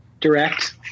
direct